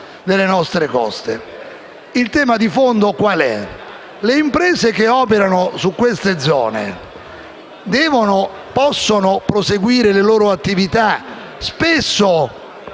Il tema di fondo è se le imprese che operano in queste zone devono, possono proseguire le loro attività, spesso